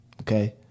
Okay